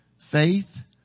Faith